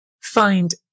find